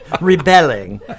rebelling